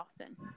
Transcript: often